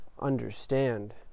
understand